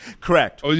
Correct